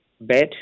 bed